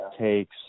takes